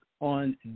on